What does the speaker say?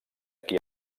qui